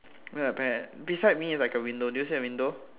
where the pear beside me like a window do you see a window